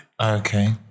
Okay